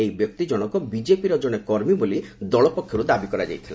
ଏହି ବ୍ୟକ୍ତି ଜଣଙ୍କ ବିଜେପିର ଜଣେ କର୍ମୀ ବୋଲି ଦଳ ପକ୍ଷର୍ ଦାବି କରାଯାଇଥିଲା